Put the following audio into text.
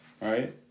right